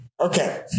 Okay